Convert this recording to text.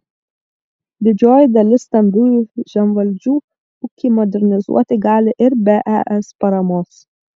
didžioji dalis stambiųjų žemvaldžių ūkį modernizuoti gali ir be es paramos